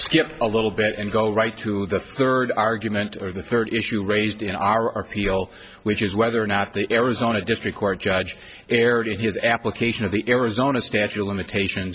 skip a little bit and go right to the skirt argument or the third issue raised in our goal which is whether or not the arizona district court judge erred in his application of the arizona statute of limitations